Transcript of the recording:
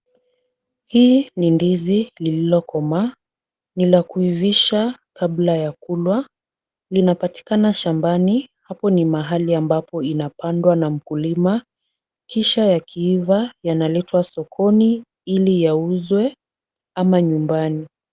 Hii ni ndizi lililokomaa, ni la kuivisha kabla ya kulwa, linapatikana shambani, hapo ni mahali ambapo inapandwa na mkulima kisha yakiiva yanaletwa sokoni ili yauzwe ama nyumbani.